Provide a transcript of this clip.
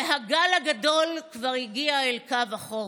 והגל הגדול כבר הגיע אל קו החוף.